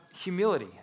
humility